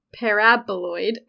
paraboloid